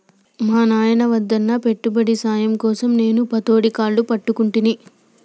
మా నాయిన వద్దన్నా పెట్టుబడి సాయం కోసం నేను పతోడి కాళ్లు పట్టుకుంటిని